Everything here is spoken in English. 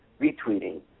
retweeting